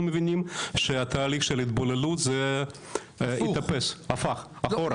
מבינים שהתהליך של ההתבוללות התהפך אחורה.